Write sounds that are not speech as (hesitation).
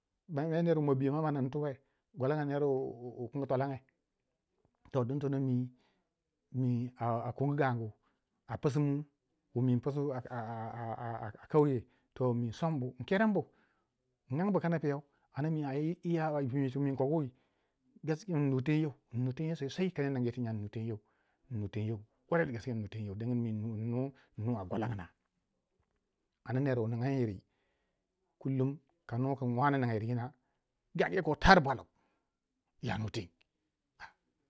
ner wu ma biyo ma ma ning twiwe gwalnga ner wu kin twalange toh din tono mi a kongu gangu a pisimu wumi in pissu (hesitation) a kauye insombu in kereng bu in angbu kana piyau ana mi a iya tin kogwui gaskiya innu tengyeu sosai ka ner ningu ti nyai innu teng yeu, innu teng yeu kwarai da gaske innu tengyeu dingin mi innu a gwalangna ana ner wu ningan yiri kullum kanu kin wane ninga yiri nyina gangu yo ko tari yi bwalau yanu teng